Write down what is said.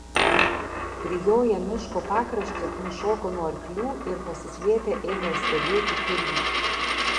prijoję miško pakraštį nušoko nuo arklių ir pasislėpę ėmė stebėti pilį